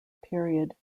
period